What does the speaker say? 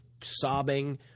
sobbing